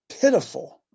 pitiful